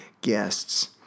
guests